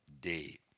day